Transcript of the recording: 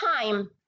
time